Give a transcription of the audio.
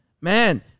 man